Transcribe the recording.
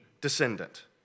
descendant